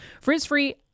Frizz-free